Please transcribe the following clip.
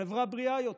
חברה בריאה יותר.